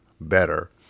better